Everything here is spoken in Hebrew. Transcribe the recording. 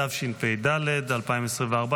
התשפ"ד 2024,